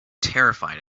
terrified